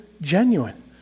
genuine